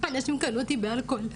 אנשים קנו אותי באלכוהול,